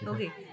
Okay